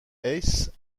hesse